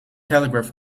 telegraph